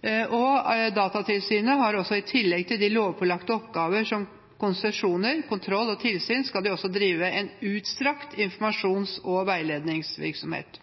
skal Datatilsynet drive en utstrakt informasjons- og veiledningsvirksomhet.